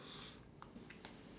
uh